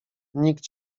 nikt